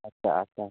आच्चा आच्चा